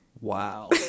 Wow